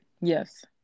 Yes